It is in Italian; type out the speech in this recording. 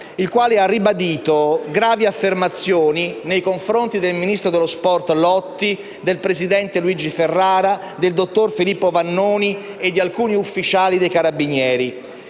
il quale ha ribadito gravi affermazioni nei confronti del ministro dello sport Lotti, del presidente Luigi Ferrara, del dottor Filippo Vannoni e di alcuni ufficiali dei Carabinieri,